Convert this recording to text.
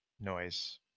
noise